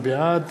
בעד